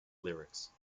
lyrics